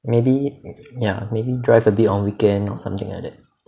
maybe ya maybe drive a bit on weekend or something like that